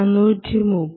430